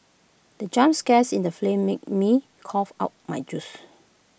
the jump scares in the flame made me cough out my juice